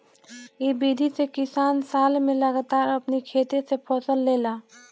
इ विधि से किसान साल में लगातार अपनी खेते से फसल लेला